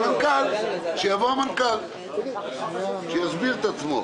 שיבוא המנכ"ל, שיעזור לנו.